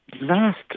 last